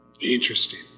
Interesting